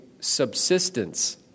subsistence